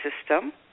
system